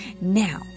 Now